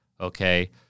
okay